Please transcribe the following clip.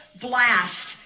blast